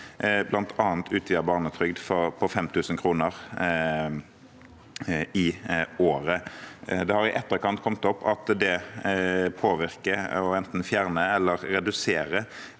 bl.a. utvidet barnetrygd med 5 000 kr i året. Det har i etterkant kommet opp at det påvirker og enten fjerner eller reduserer